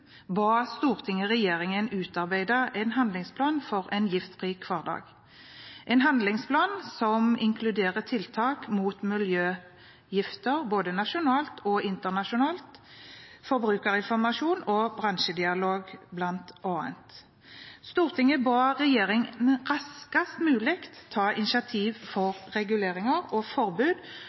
ba Stortinget regjeringen utarbeide en handlingsplan for en giftfri hverdag, en handlingsplan som bl.a. inkluderer tiltak mot miljøgifter både nasjonalt og internasjonalt, forbrukerinformasjon og bransjedialog. Stortinget ba regjeringen raskest mulig ta initiativ til reguleringer og forbud